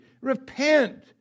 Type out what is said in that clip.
Repent